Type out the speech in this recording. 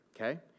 okay